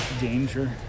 danger